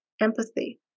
empathy